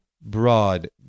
broad